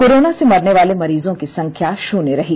corona से मरने वाले मरीजों की संख्या शन्य रही